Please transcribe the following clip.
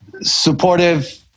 Supportive